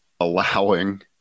allowing